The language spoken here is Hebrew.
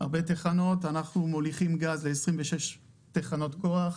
אנחנו מוליכים גז ל-26 תחנות כוח,